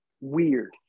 weird